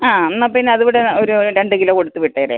ആ എന്നാൽ പിന്നതിവിടെ ഒരു രണ്ട് കിലോ കൊടുത്തു വിട്ടേരേ